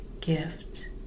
gift